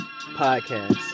podcast